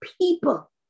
people